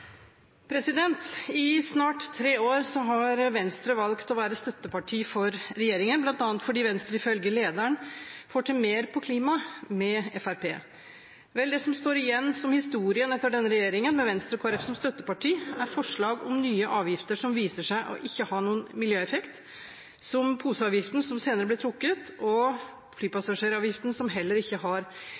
mer på klima med Fremskrittspartiet. Vel, det som står igjen som historien etter denne regjeringen, med Venstre og Kristelig Folkeparti som støttepartier, er forslag om nye avgifter som viser seg ikke å ha noen miljøeffekt – som poseavgiften, som senere ble trukket, og flypassasjeravgiften, som heller ikke har